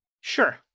Sure